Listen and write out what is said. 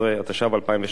התשע"ב 2012,